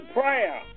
prayer